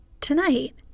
Tonight